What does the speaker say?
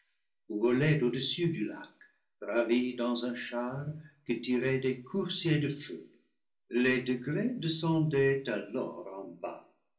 volaient au-dessus du lac ravis dans un char que tiraient des coursiers de feu les degrés descendaient alors en bas